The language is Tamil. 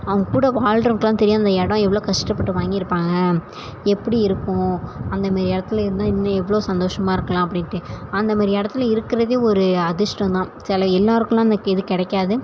அவங்க கூட வாழ்கிறப்ப தான் தெரியும் அந்த இடம் எவ்வளோ கஷ்டப்பட்டு வாங்கியிருப்பாங்க எப்படி இருக்கும் அந்த மாரி இடத்துல இருந்தால் இன்னும் எவ்வளோ சந்தோஷமாக இருக்கலாம் அப்படின்ட்டு அந்த மாரி இடத்துல இருக்கிறதே ஒரு அதிஷ்டம் தான் சில எல்லோருக்குல்லாம் அந்த இது கிடைக்காது